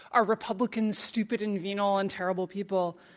are republicans stupid and venal and terrible people?